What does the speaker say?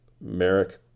Merrick